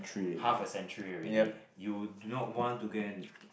half a century already you do not want to go and